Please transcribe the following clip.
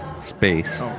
Space